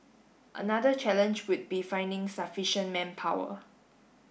another challenge would be finding sufficient manpower